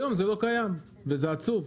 היום זה לא קיים וזה עצוב.